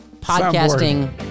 podcasting